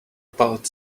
about